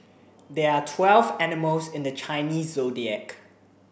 there are twelve animals in the Chinese Zodiac